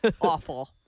awful